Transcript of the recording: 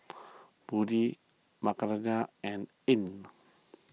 Budi Raihana and Ain